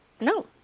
No